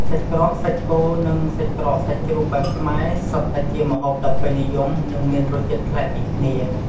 សាច់ក្រកសាច់គោ និងសាច់ក្រកសាច់ជ្រូកបែបខ្មែរ សុទ្ធតែជាម្ហូបដ៏ពេញនិយម និងមានរសជាតិប្លែកពីគ្នា។